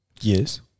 Yes